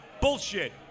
Bullshit